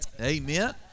Amen